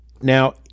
now